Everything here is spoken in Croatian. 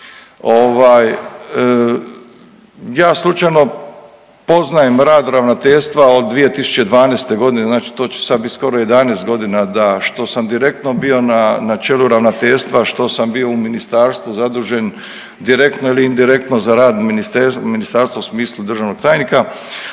Ja slučajno poznajem rad ravnateljstva od 2012. godine, znači to će sada biti skoro 11 godina da što sam direktno bio na čelu ravnateljstva, što sam bio u ministarstvu zadužen direktno ili indirektno za rad ministarstva u smislu državnog tajnika,